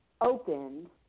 opened